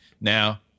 Now